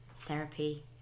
therapy